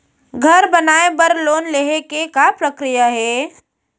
घर बनाये बर लोन लेहे के का प्रक्रिया हे?